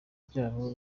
byabo